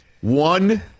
One